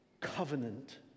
covenant